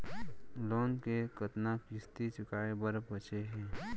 Loan के कतना किस्ती चुकाए बर बांचे हे?